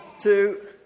two